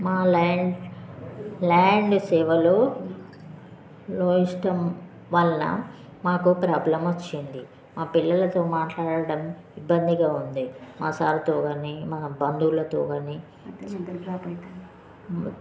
మా land land సేవలు లో ఇష్టం వల్ల మాకు ప్రాబ్లమ్ వచ్చింది మా పిల్లలతో మాట్లాడడం ఇబ్బందిగా ఉంది మా సార్తో కాని మా బంధువులతో కాని